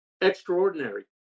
extraordinary